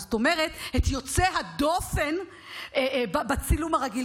זאת אומרת את יוצא הדופן בצילום הרגיל,